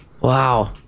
Wow